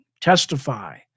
testify